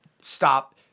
stop